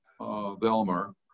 Velmer